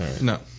No